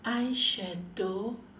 eyeshadow